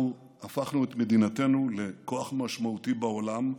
אנחנו הפכנו את מדינתנו לכוח משמעותי בעולם,